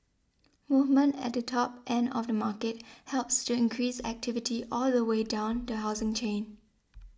movement at the top end of the market helps to increase activity all the way down the housing chain